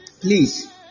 please